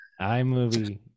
iMovie